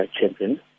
champion